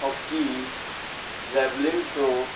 hockey javelin throw